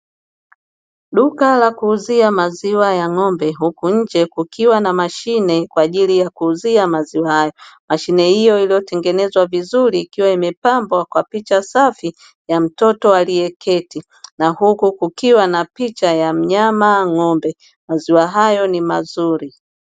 Duka la kuuzia maziwa ya ng'ombe huku nje kukiwa na mashine kwa ajili ya kuuzia maziwa hayo. Mashine hiyo iliyotengenezwa vizuri ikiwa imepambwa kwa picha safi ya mtoto aliyeketi, na huku kukiwa na picha ya mnyama ng'ombe; maziwa hayo ni mazuri.